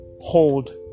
hold